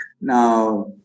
now